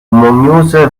mongoose